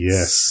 Yes